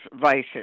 vices